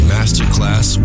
Masterclass